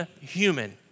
human